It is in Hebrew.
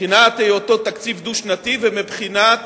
מבחינת היותו תקציב דו-שנתי ומבחינת